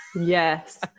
yes